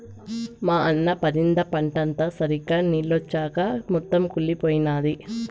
మా అన్న పరింద పంటంతా సరిగ్గా నిల్చొంచక మొత్తం కుళ్లిపోయినాది